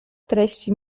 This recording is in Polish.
treści